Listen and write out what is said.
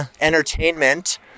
entertainment